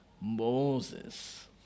Moses